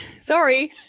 Sorry